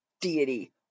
deity